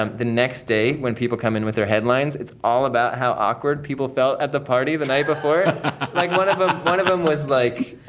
um the next day, when people come in with their headlines, it's all about how awkward people felt at the party the night before like, one of ah one of them was like